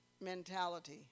mentality